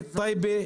טייבה,